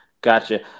Gotcha